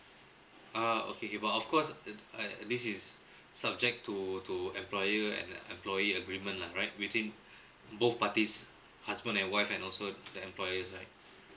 uh okay okay but of course uh uh this is subject to to employer and employee agreement lah right between both parties husband and wife and also the employers right